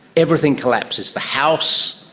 everything collapses, the house,